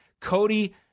Cody